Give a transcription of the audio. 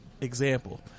example